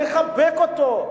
לחבק אותו,